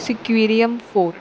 सिक्विरीयम fourth